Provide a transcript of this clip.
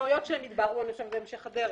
המשמעויות יתבהרו בהמשך הדרך.